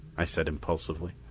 i said impulsively.